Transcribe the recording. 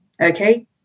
okay